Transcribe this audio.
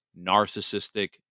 narcissistic